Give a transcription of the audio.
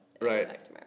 Right